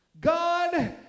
God